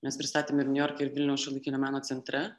mes pristatėm ir niujorke ir vilniaus šiuolaikinio meno centre